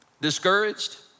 discouraged